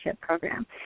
program